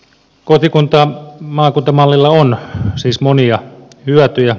kotikuntamaakunta mallilla on siis monia hyötyjä